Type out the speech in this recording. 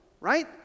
right